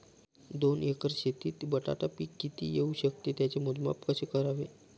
दोन एकर शेतीत बटाटा पीक किती येवू शकते? त्याचे मोजमाप कसे करावे?